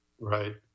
Right